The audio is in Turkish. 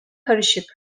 karışık